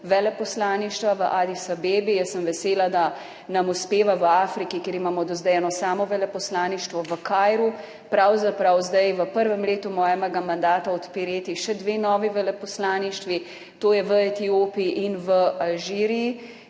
veleposlaništva v Adis Abebi. Vesela sem, da nam uspeva v Afriki, kjer imamo do zdaj eno samo veleposlaništvo v Kairu, pravzaprav v prvem letu mojega mandata odpirati še dve novi veleposlaništvi, to je v Etiopiji in v Alžiriji,